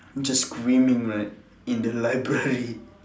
just screaming like in the library